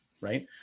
right